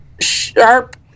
sharp